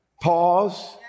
pause